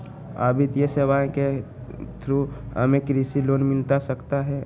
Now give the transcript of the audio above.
आ वित्तीय सेवाएं के थ्रू हमें कृषि लोन मिलता सकता है?